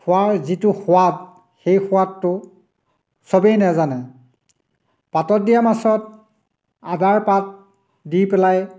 খোৱাৰ যিটো সোৱাদ সেই সোৱাদটো চবেই নাজানে পাতত দিয়া মাছত আদাৰ পাত দি পেলাই